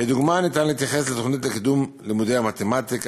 כדוגמה ניתן להתייחס לתוכנית לקידום לימודי המתמטיקה.